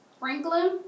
Franklin